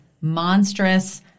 monstrous